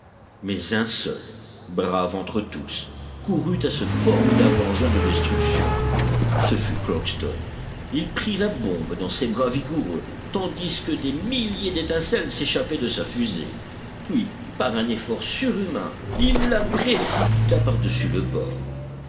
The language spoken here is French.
mais un seul brave entre tous courut à ce formidable engin de destruction ce fut crockston il prit la bombe dans ses bras vigoureux tandis que des milliers d'étincelles s'échappaient de sa fusée puis par un effort surhumain il la précipita par-dessus le bord